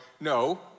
no